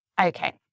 Okay